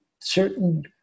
certain